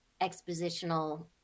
expositional